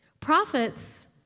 Prophets